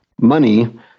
money